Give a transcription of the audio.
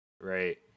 Right